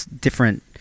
different